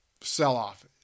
sell-off